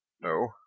No